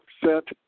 percent